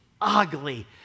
ugly